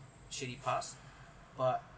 shitty pass but